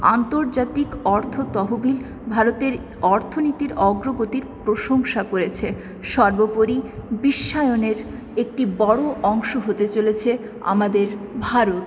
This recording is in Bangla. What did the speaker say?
আন্তর্জাতিক অর্থ তহবিল ভারতের অর্থনীতির অগ্রগতির প্রশংসা করেছে সর্বোপরি বিশ্বায়নের একটি বড়ো অংশ হতে চলেছে আমাদের ভারত